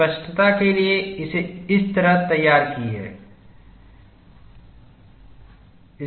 स्पष्टता के लिए इसे इस तरह तैयार की है